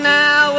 now